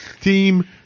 team